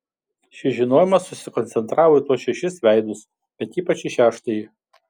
šis žinojimas susikoncentravo į tuos šešis veidus bet ypač į šeštąjį